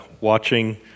watching